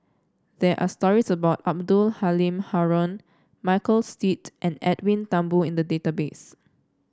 there are stories about Abdul Halim Haron Michael Seet and Edwin Thumboo in the database